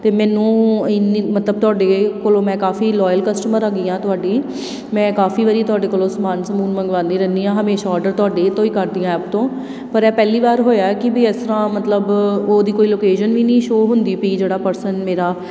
ਅਤੇ ਮੈਨੂੰ ਇੰਨੀ ਮਤਲਬ ਤੁਹਾਡੇ ਕੋਲੋਂ ਮੈਂ ਕਾਫ਼ੀ ਲੋਇਲ ਕਸਟਮਰ ਹੈਗੀ ਹਾਂ ਤੁਹਾਡੀ ਮੈਂ ਕਾਫ਼ੀ ਵਾਰੀ ਤੁਹਾਡੇ ਕੋਲੋਂ ਸਮਾਨ ਸਮੂਨ ਮੰਗਵਾਉਂਦੀ ਰਹਿੰਦੀ ਹਾਂ ਹਮੇਸ਼ਾ ਔਡਰ ਤੁਹਾਡੇ ਤੋਂ ਹੀ ਕਰਦੀ ਹਾਂ ਐਪ ਤੋਂ ਪਰ ਇਹ ਪਹਿਲੀ ਵਾਰ ਹੋਇਆ ਕਿ ਵੀ ਇਸ ਤਰ੍ਹਾਂ ਮਤਲਬ ਉਹਦੀ ਕੋਈ ਲੋਕੇਸ਼ਨ ਵੀ ਨਹੀਂ ਸ਼ੋਅ ਹੁੰਦੀ ਪਈ ਜਿਹੜਾ ਪਰਸਨ ਮੇਰਾ